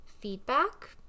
feedback